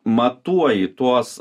matuoji tuos